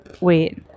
wait